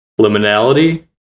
liminality